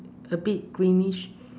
a bit greenish